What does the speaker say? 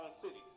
cities